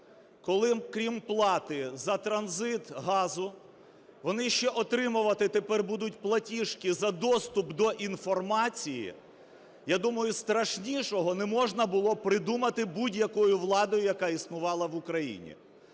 коли крім плати за транзит газу, вони ще отримувати тепер будуть платіжки за доступ до інформації, я думаю, страшнішого не можна було придумати будь-якою владою, яка існувала в Україні.